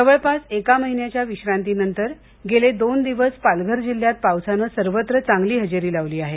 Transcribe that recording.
जवळपास एका महिन्याच्या विश्रांतीनंतर गेले दोन दिवस पालघर जिल्ह्यात पावसानं सर्वत्र चांगली हजेरी लावली आहे